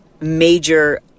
major